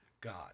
God